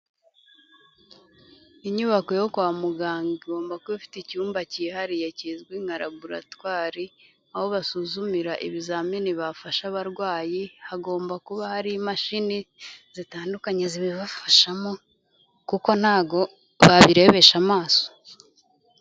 Inyubako yo kwa muganga igomba kuba ifite icyumba cyihariye kizwi nka laboratwari, aho basuzumira ibizamini bafashe abarwayi hagomba kuba hari imashini zitandukanye zibibafashamo kuko ntabwo babirebesha amaso.